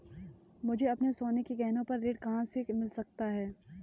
मुझे अपने सोने के गहनों पर ऋण कहाँ से मिल सकता है?